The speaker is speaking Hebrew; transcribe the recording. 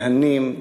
מהנים,